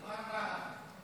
למה לא דאגתם לרהט?